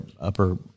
upper